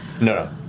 no